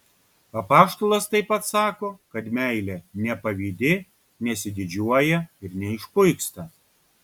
apaštalas taip pat sako kad meilė nepavydi nesididžiuoja ir neišpuiksta